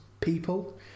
people